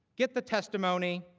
get the testimony,